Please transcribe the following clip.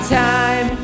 time